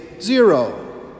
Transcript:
zero